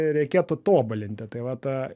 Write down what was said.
reikėtų tobulinti tai vat